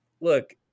Look